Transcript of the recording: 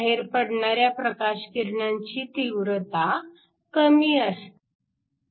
बाहेर पडणाऱ्या प्रकाशकिरणांची तीव्रता कमी असते